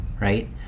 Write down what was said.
right